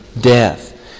death